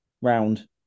round